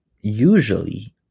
usually